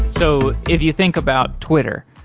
so if you think about twitter.